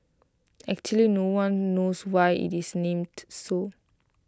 actually no one knows why IT is named so